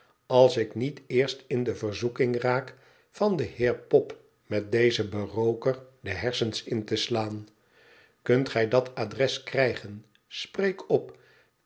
als ik niet eerst in de verzoeking raak van den heer pop met dezen berooker de hersens in te slaan kunt gij dat adres krijgen spreek op